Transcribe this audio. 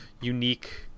unique